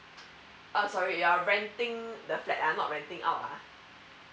oh sorry you are renting the flat uh not renting out lah